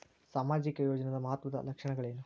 ಸಾಮಾಜಿಕ ಯೋಜನಾದ ಮಹತ್ವದ್ದ ಲಕ್ಷಣಗಳೇನು?